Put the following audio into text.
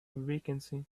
vacancy